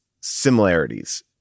similarities